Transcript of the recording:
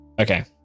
Okay